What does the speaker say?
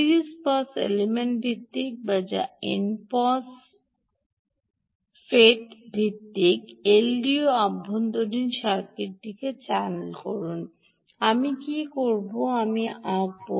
series pass element ভিত্তিক বা NMOSFET ভিত্তিক এলডিও অভ্যন্তরীণ সার্কিটিকে চ্যানেল করুন আমি কী করব আমি আঁকবো